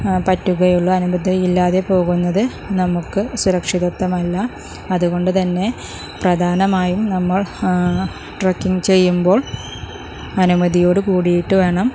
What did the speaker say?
പറ്റുകയുള്ളു അല്ലങ്കിൽ അനുമതിയില്ലാതെ പോകുന്നത് നമുക്ക് സുരക്ഷിതത്വമല്ല അതുകൊണ്ട് തന്നെ പ്രധാനമായും നമ്മൾ ട്രക്കിങ്ങ് ചെയ്യുമ്പോൾ അനുമതിയോട് കൂടിയിട്ട് വേണം